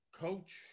Coach